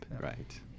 Right